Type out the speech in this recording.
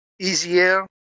easier